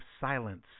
silence